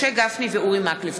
משה גפני ואורי מקלב.